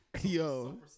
Yo